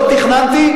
לא תכננתי,